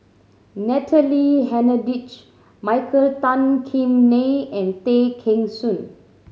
Natalie Hennedige Michael Tan Kim Nei and Tay Kheng Soon